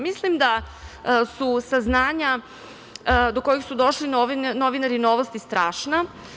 Mislim da su saznanja do kojih su došli novinari „Novosti“ strašna.